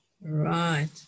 Right